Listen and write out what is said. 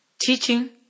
teaching